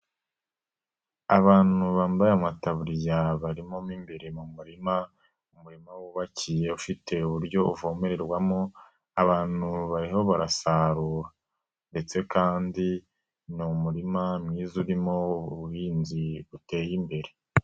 Abantu bambaye amataburiya barimo imbere mu murima umurima wubakiye ufite uburyo uvomererwamo abantu bariho barasarura ndetse kandi ni umurima mwiza urimo ubuhinzi buteye imbere.